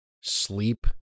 sleep